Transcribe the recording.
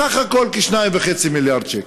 בסך הכול כ-2.5 מיליארד שקל.